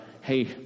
hey